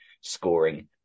scoring